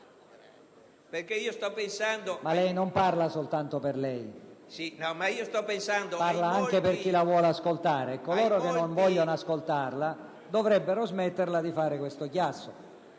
Ma lei non parla soltanto per sé, parla anche per chi la vuole ascoltare, e coloro che non vogliono ascoltarla dovrebbero smettere di fare questo chiasso!